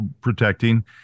protecting